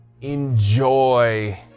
enjoy